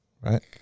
right